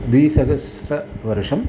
द्विसहस्रवर्षम्